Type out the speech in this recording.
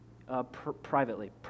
Privately